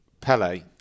Pele